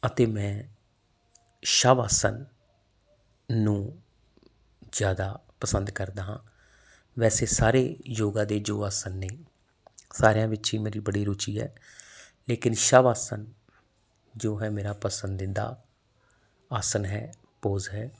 ਅਤੇ ਮੈਂ ਸ਼ਵ ਆਸਣ ਨੂੰ ਜ਼ਿਆਦਾ ਪਸੰਦ ਕਰਦਾ ਹਾਂ ਵੈਸੇ ਸਾਰੇ ਯੋਗਾ ਦੇ ਜੋ ਆਸਣ ਨੇ ਸਾਰਿਆਂ ਵਿੱਚ ਹੀ ਮੇਰੀ ਬੜੀ ਰੁਚੀ ਹੈ ਲੇਕਿਨ ਸ਼ਵ ਆਸਣ ਜੋੋ ਹੈ ਮੇਰਾ ਪਸੰਦੀਦਾ ਆਸਣ ਹੈ ਪੋਜ ਹੈ